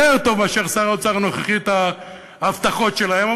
טוב מאשר שר האוצר הנוכחי את ההבטחות שלהם.